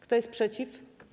Kto jest przeciw?